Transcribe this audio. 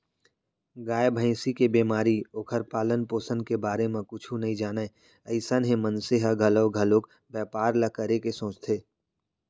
गाय, भँइसी के बेमारी, ओखर पालन, पोसन के बारे म कुछु नइ जानय अइसन हे मनसे ह घलौ घलोक बैपार ल करे के सोचथे